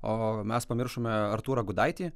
o mes pamiršome artūrą gudaitį